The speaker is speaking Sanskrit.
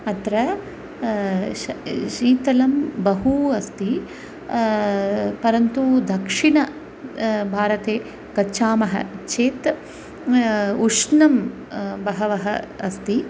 अत्र श् शीतलं बहु अस्ति परन्तु दक्षिणभारते गच्छामः चेत् उष्णं बहवः अस्ति